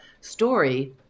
story